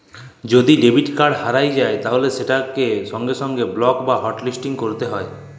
যদি debit card হারাঁয় যায় তাইলে সেটকে সঙ্গে সঙ্গে বলক বা হটলিসটিং ক্যইরতে হ্যয়